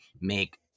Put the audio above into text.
make